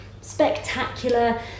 spectacular